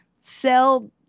sell